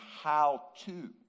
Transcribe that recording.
how-to